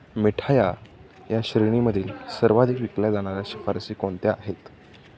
मिठाया या श्रेणीमधील सर्वाधिक विकल्या जाणाऱ्या शिफारसी कोणत्या आहेत